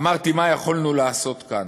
אמרתי מה יכולנו לעשות כאן.